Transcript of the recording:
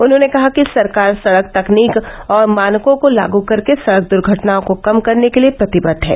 उन्होंने कहा कि सरकार सडक तकनीक और मानकों को लाग करके सड़क दूर्घटनाओं को कम करने के लिए प्रतिबद्व हैं